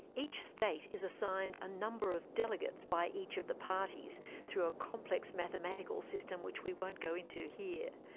each state is assigned a number of delegates by each of the parties through a complex mathematical system which we won't go into here.